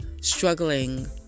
struggling